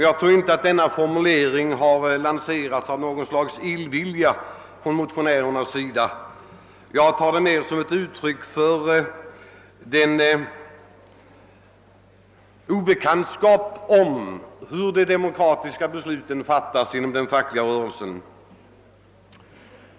Jag tror inte att denna formulering har lanserats av illvilja från motionärerna, utan jag tar den mera som ett uttryck för obekantskap med hur besluten på demokratisk väg fattas inom den fackliga rörelsen.